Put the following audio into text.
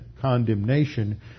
condemnation